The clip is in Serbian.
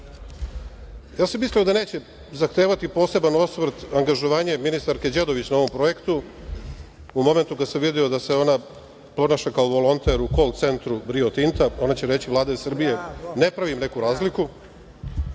sam da neće zahtevati poseban osvrt angažovanje ministarke Đedović na ovom projektu, u momentu kad sam video da se ona ponaša kao volonter u kol centru Rio Tinta, ona će reći Vlade Srbije, ne pravim neku razliku,